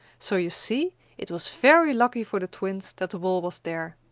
so you see it was very lucky for the twins that the wall was there.